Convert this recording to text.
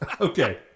Okay